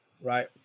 right